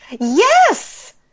Yes